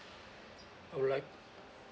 all right